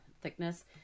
thickness